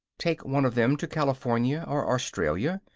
take one of them to california or australia,